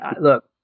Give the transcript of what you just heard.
look